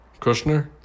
Kushner